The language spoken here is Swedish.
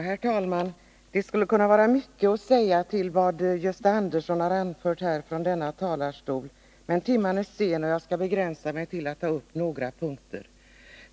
Herr talman! Det skulle kunna vara mycket att säga om vad Gösta Andersson har anfört från denna talarstol, men timmen är sen och jag skall begränsa mig till att ta upp några punkter.